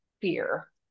fear